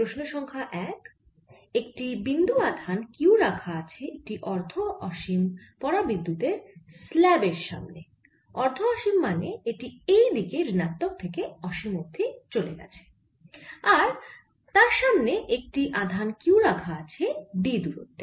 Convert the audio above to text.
প্রশ্ন সংখ্যা 1 - একটি বিন্দু আধান q রাখা আছে একটি অর্ধ অসীম পরাবিদ্যুত স্ল্যাবের সামনে অর্ধ অসীম মানে এটি এইদিকে ঋণাত্মক দিকে অসীম অবধি চলে গেছে আর তার সামনে একটি আধান q রাখা আছে d দূরত্বে